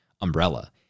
umbrella